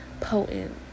potent